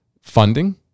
funding